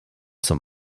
zum